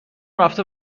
رفته